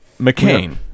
McCain